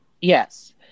yes